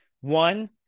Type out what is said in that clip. One